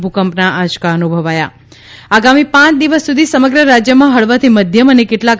ભૂકંપના આંચકા અનુભવાયા આગામી પાંચ દિવસ સુધી સમગ્ર રાજ્યમાં હળવાથી મધ્યમ અને કેટલાંક